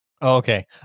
Okay